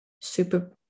super